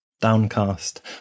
Downcast